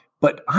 But-